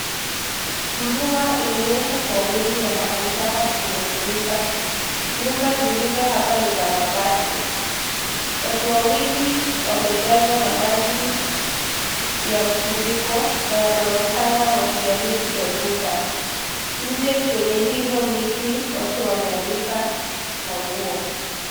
Mvua imenyesha kwa wingi na mahali hapa kumefurika. Nyumba zilizo hapa ni za mabati. Watu wawili wamejazwa na maji ya mfuriko na wanaonekana wakijaribu kuepuka. Nje kwenye hizo miti watu wameanika manguo.